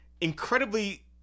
incredibly